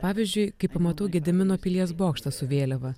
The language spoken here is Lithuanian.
pavyzdžiui kai pamatau gedimino pilies bokštą su vėliava